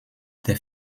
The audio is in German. der